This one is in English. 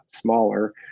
smaller